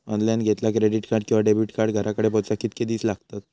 Online घेतला credit card किंवा debit card घराकडे पोचाक कितके दिस लागतत?